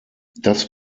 das